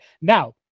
Now